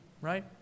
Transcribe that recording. Right